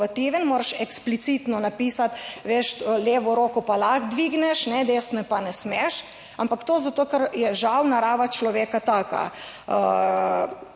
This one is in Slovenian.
moraš eksplicitno napisati, veš, levo roko pa lahko dvigneš, ne, desne pa ne smeš, ampak to zato, ker je žal narava človeka taka.